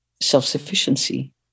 self-sufficiency